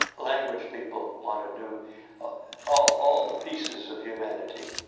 language people want to do all the pieces of humanity.